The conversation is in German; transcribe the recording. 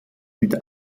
mit